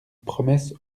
promesse